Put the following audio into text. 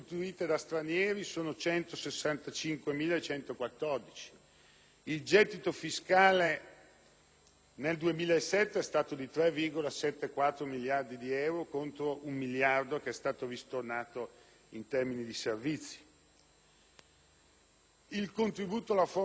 nel 2007 è stato di 3,74 miliardi di euro, contro un miliardo ristornato in termini di servizi; il contributo alla formazione del PIL, secondo la stima di Unioncamere, è del 9